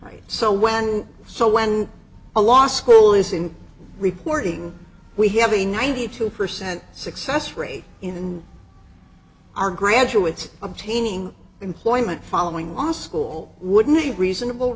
so when so when a law school is in reporting we have a ninety two percent success rate in our graduates obtaining employment following law school would need a reasonable